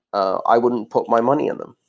i wouldn't put my money in them,